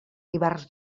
ivars